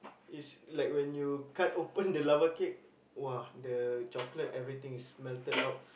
it's like when you cut open the lava cake !wah! the chocolate everything is melted out